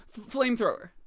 Flamethrower